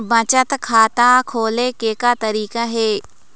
बचत खाता खोले के का तरीका हे?